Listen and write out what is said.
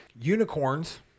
Unicorns